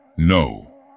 No